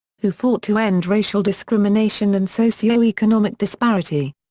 who fought to end racial discrimination and socioeconomic disparity.